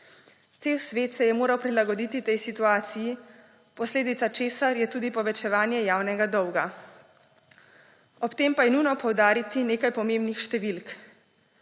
Cel svet se je moral prilagoditi tej situaciji, posledica česar je tudi povečevanje javnega dolga. Ob tem pa je nujno poudariti nekaj pomembnih številk.